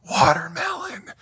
watermelon